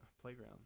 playground